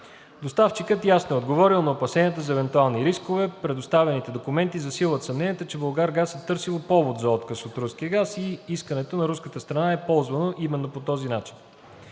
Доставчикът ясно е отговорил на опасенията за евентуални рискове. Предоставените документи засилват съмненията, че „Булгаргаз“ е търсило повод за отказ от руския газ и искането на руската страна е използвано именно по този начин.